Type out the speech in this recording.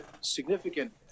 significant